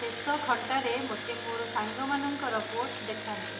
ଶେଷ ଘଣ୍ଟାରେ ମୋତେ ମୋର ସାଙ୍ଗ ମାନଙ୍କର ପୋଷ୍ଟ ଦେଖାନ୍ତୁ